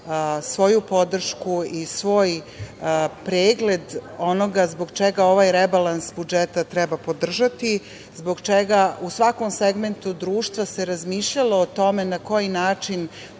svoju podršku i svoj pregled onoga zbog čega ovaj rebalans budžeta treba podržati, zbog čega u svakom segmentu društva se razmišljalo o tome na koji način